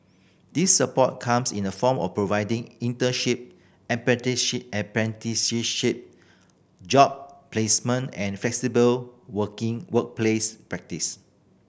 this support comes in the form of providing internship apprenticeship job placement and flexible working workplace practice